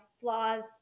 flaws